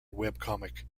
webcomic